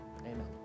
Amen